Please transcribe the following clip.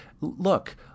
Look